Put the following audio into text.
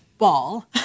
ball